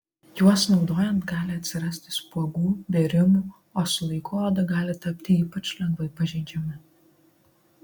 juos naudojant gali atsirasti spuogų bėrimų o su laiku oda gali tapti ypač lengvai pažeidžiama